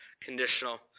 conditional